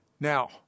Now